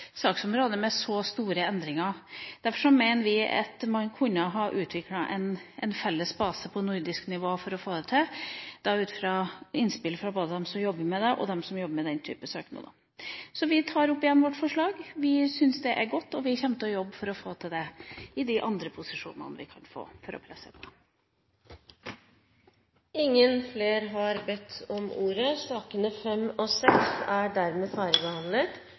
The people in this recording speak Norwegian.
saksområde med så store endringer. Derfor mener vi at man kunne ha utviklet en felles base på nordisk nivå for å få det til, ut fra innspill både fra dem som jobber med det, og fra dem som jobber med den typen søknader. Så vi tar opp vårt forslag igjen. Vi syns det er godt, og vi kommer til å jobbe for å få til det i de andre posisjonene vi kan få, for å presse på. Representanten Trine Skei Grande har tatt opp det forslaget hun refererte til. Flere har ikke bedt om ordet til sakene nr. 5 og